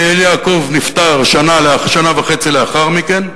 שאייל יעקב נפטר שנה וחצי לאחר מכן,